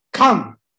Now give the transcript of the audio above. Come